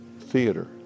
theater